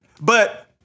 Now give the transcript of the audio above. But-